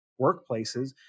workplaces